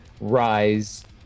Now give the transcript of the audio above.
Rise